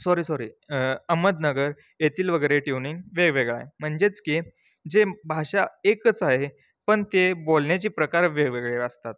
sorry sorry Ahmednagar येथील वगैरे tuning वेगवेगळं आहे म्हणजेच की जे भाषा एकच आहे पण ते बोलण्याचे प्रकार वेगवेगळे असतात